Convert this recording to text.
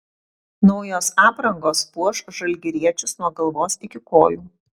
naujos aprangos puoš žalgiriečius nuo galvos iki kojų